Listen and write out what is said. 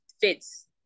fits